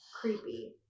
Creepy